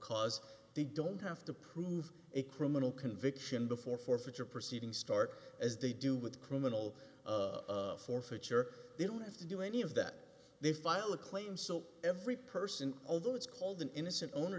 cause they don't have to prove a criminal conviction before forfeiture proceeding start as they do with criminal of forfeiture they don't have to do any of that they file a claim so every person although it's called an innocent owner